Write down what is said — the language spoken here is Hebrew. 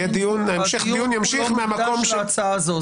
הדיון ימשיך מהמקום --- הדיון כולו מוקדש להצעה הזאת?